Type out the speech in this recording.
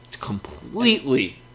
completely